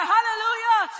Hallelujah